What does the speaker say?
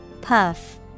Puff